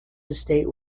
estate